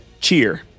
cheer